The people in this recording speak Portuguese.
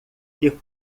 que